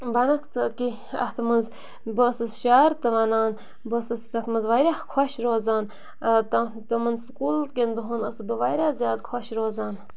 بَنَکھ ژٕ کہِ اَتھ منٛز بہٕ ٲسٕس شار تہٕ وَنان بہٕ ٲسٕس تَتھ منٛز واریاہ خۄش روزان تمَن سکوٗل کٮ۪ن دۄہَن ٲسٕس بہٕ واریاہ زیادٕ خۄش روزان